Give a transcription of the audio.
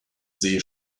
see